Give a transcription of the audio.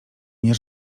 nie